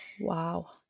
Wow